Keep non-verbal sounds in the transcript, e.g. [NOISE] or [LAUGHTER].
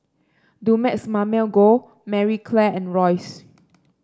Dumex Mamil Gold Marie Claire and Royce [NOISE]